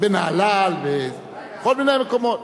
בנהלל, בכל מיני מקומות.